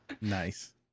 Nice